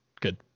good